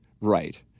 Right